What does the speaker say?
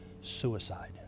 suicide